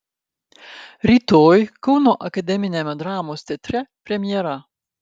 rytoj kauno akademiniame dramos teatre premjera